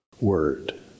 word